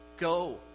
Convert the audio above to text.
go